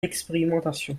d’expérimentation